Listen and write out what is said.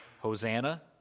Hosanna